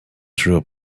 through